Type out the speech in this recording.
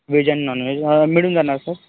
veg and nonveg मिळून जाणार sir